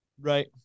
right